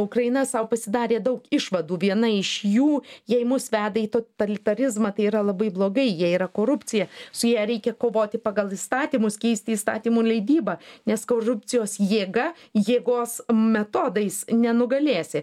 ukraina sau pasidarė daug išvadų viena iš jų jei mus veda į totalitarizmą tai yra labai blogai jei yra korupcija su ja reikia kovoti pagal įstatymus keisti įstatymų leidybą nes korupcijos jėga jėgos metodais nenugalėsi